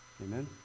Amen